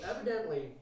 evidently